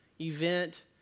event